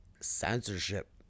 censorship